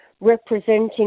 representing